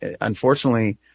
unfortunately